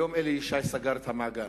היום אלי ישי סגר את המעגל.